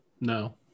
no